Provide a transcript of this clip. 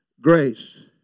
grace